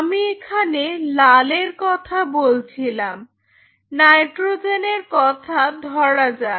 আমি এখানে লালের কথা বলছিলাম নাইট্রোজেনের কথা ধরা যাক